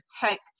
protect